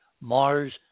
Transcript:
MARS